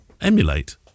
emulate